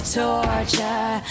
torture